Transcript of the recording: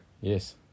Yes